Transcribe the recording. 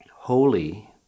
Holy